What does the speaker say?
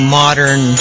modern